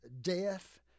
death